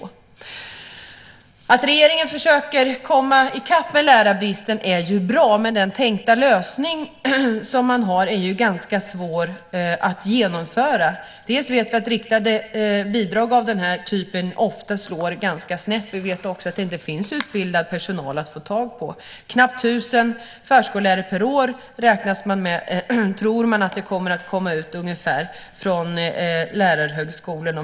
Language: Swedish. Att regeringen försöker komma i kapp med lärarbristen är ju bra. Men den lösning man har tänkt sig är ganska svår att genomföra. Dels vet vi att riktade bidrag av den här typen ofta slår ganska snett. Vi vet också att det inte finns utbildad personal att få tag på. Knappt 1 000 förskollärare per år tror man att det kommer att komma ut från lärarhögskolorna.